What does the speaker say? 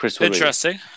Interesting